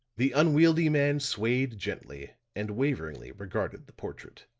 the unwieldy man swayed gently and waveringly regarded the portrait.